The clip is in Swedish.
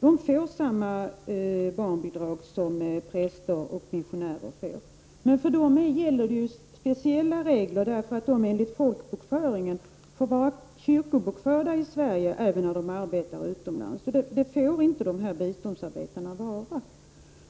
Dessa får samma barnbidrag som präster och missionärer, men för dessa gäller speciella regler därför att de enligt folkbokföringen får vara kyrkobokförda i Sverige även om de arbetar utomlands. Det får inte biståndsarbetare vara.